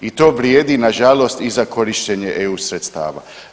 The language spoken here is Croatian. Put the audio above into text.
I to vrijedi nažalost i za korištenje EU sredstava.